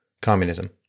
communism